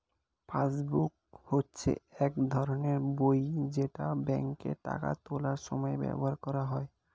passbook হচ্ছে এক ধরনের বই যেটা ব্যাংকে টাকা তোলার সময় ব্যবহার করা হয়